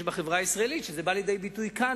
בחברה הישראלית שבאים לידי ביטוי כאן,